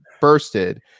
bursted